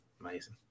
Amazing